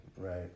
right